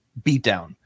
beatdown